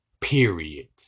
period